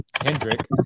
Hendrick